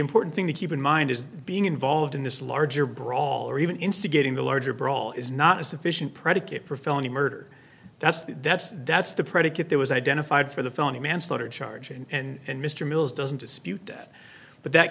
important thing to keep in mind is being involved in this larger brawl or even instigating the larger brawl is not a sufficient predicate for felony murder that's the that's that's the predicate there was identified for the phony manslaughter charge and mr mills doesn't dispute that but that